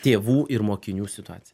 tėvų ir mokinių situacija